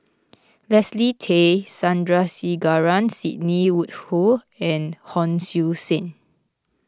Leslie Tay Sandrasegaran Sidney Woodhull and Hon Sui Sen